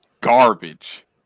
garbage